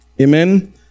Amen